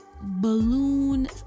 balloon